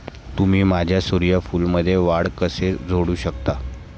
तुम्ही माझ्या सूर्यफूलमध्ये वाढ कसे जोडू शकता?